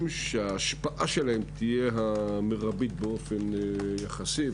שההשפעה שלהם תהיה המרבית באופן יחסי.